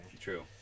True